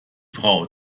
frau